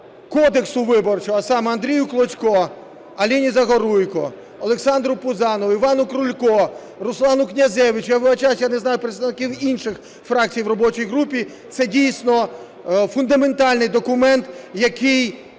кодексу Виборчого, а саме: Андрію Клочку, Аліні Загоруйко, Олександру Пузанову, Івану Крульку, Руслану Князевичу. Я вибачаюсь, я не знаю представників інших фракцій в робочій групі. Це дійсно фундаментальний документ, який